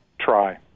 Try